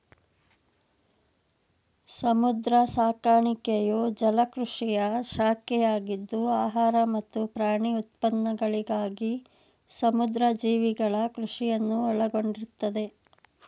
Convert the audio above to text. ಸಮುದ್ರ ಸಾಕಾಣಿಕೆಯು ಜಲಕೃಷಿಯ ಶಾಖೆಯಾಗಿದ್ದು ಆಹಾರ ಮತ್ತು ಪ್ರಾಣಿ ಉತ್ಪನ್ನಗಳಿಗಾಗಿ ಸಮುದ್ರ ಜೀವಿಗಳ ಕೃಷಿಯನ್ನು ಒಳಗೊಂಡಿರ್ತದೆ